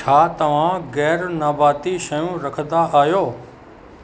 छा तव्हां ग़ैर नबाती शयूं रखंदा आहियो